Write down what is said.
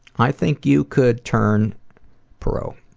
i think you could turn pro.